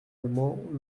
allemand